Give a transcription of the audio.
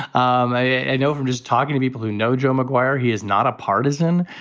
i know from just talking to people who know joe mcguire he is not a partisan.